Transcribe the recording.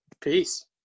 Peace